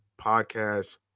podcast